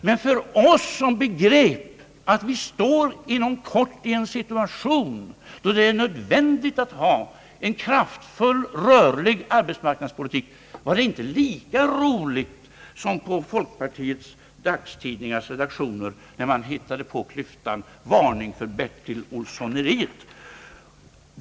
Men för oss som begrep att vi inom kort kunde stå i en situation där det är nödvändigt att ha en kraftfull, rörlig arbetsmarknadspolitik, var det inte lika roligt som på folkpartiets dagstidningars redaktioner, där man hittade på klyschan » Varning för Bertil-Olssoneriet».